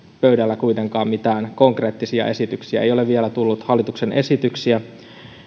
pöydällä kuitenkaan mitään konkreettisia esityksiä ei ole vielä tullut hallituksen esityksiä